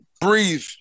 breathe